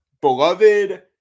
beloved